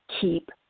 Keep